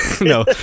no